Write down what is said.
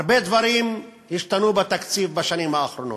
הרבה דברים השתנו בתקציב בשנים האחרונות.